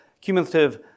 cumulative